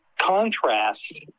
contrast